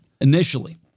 initially